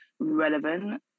Relevant